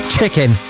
Chicken